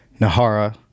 Nahara